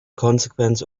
consequence